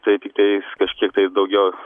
tai tiktais kažkiek tai daugiau